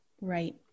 Right